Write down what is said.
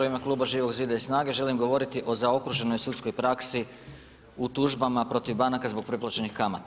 U ime kluba Živog zida i SNAGA-e želim govoriti o zaokruženoj sudskoj praksi u tužbama protiv banaka zbog preplaćenih kamata.